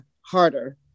harder